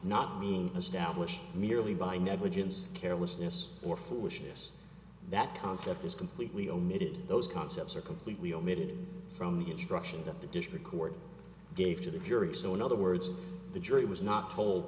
established merely by negligence carelessness or foolishness that concept is completely omitted those concepts are completely omitted from the instructions that the district court gave to the jury so in other words the jury was not told